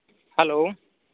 hello